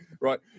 Right